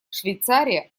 швейцария